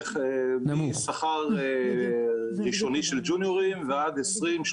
משכר ראשוני של ג'וניורים ועד 20,000,